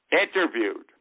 interviewed